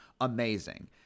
amazing